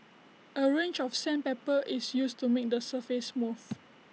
A range of sandpaper is used to make the surface smooth